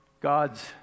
god's